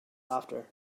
after